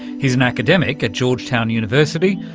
he's an academic at georgetown university,